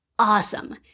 awesome